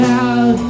out